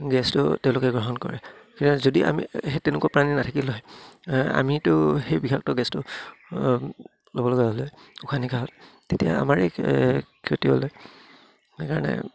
গেছটো তেওঁলোকে গ্ৰহণ কৰে যদি আমি সেই তেনেকুৱা প্ৰাণী নাথাকিলে হয় আমিতো সেই বিষাক্ত গেছটো ল'ব লগা হ'ল হেঁতেন উশাহ নিশাাহত তেতিয়া আমাৰেই ক্ষতি হ'ল হেঁতেন সেইকাৰণে